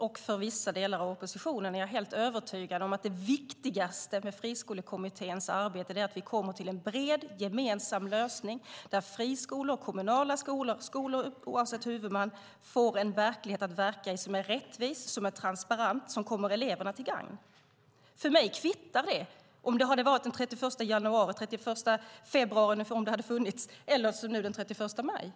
och, det är jag helt övertygad om, för vissa delar av oppositionen är det viktigaste med Friskolekommitténs arbete att vi kommer till en bred gemensam lösning där friskolor och kommunala skolor oavsett huvudman får utöva en verksamhet som är rättvis, transparent och som kommer eleverna till gagn. För mig kvittar det om det är den 31 januari, den 31 februari om det hade funnits eller den 31 maj.